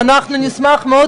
אנחנו נשמח מאוד,